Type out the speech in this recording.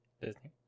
Disney